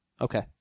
Okay